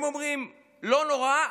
הם אומרים: לא נורא,